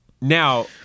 Now